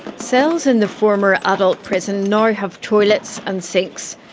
cells in the former adult prison now have toilets and sinks.